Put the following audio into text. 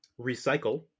Recycle